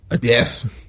Yes